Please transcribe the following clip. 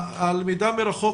הלמידה מרחוק,